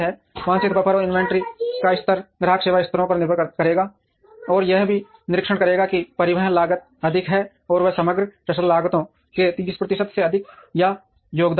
वांछित बफर और इन्वेंट्री का स्तर ग्राहक सेवा स्तरों पर निर्भर करेगा और यह भी निरीक्षण करेगा कि परिवहन लागत अधिक है और वे समग्र रसद लागतों के 30 प्रतिशत से अधिक का योगदान करते हैं